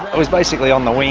was basically on the wing,